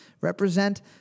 represent